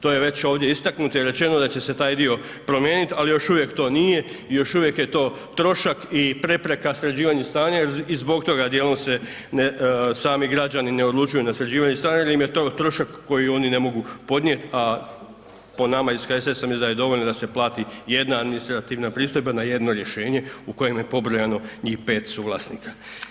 To je već ovdje istaknuto i rečeno da će se taj dio promijeniti, ali još uvijek to nije i još uvijek je to trošak i prepreka sređivanju stanja jel i zbog toga dijelom se sami građani na sređivanje stanja jer im je to trošak koji oni ne mogu podnijeti, a po nama iz HSS-a mislimo da je dovoljno da se plati jedna administrativna pristojba na jedno rješenje u kojem je pobrojano njih pet suvlasnika.